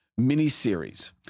miniseries